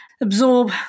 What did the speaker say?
Absorb